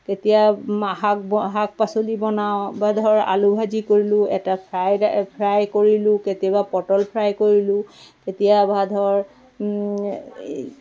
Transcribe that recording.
কেতিয়াও শাক শাক পাচলি বনাওঁ বা ধৰ আলু ভাজি কৰিলোঁ এটা ফ্ৰাই ফ্ৰাই কৰিলোঁ কেতিয়াবা পতল ফ্ৰাই কৰিলোঁ কেতিয়াবা ধৰ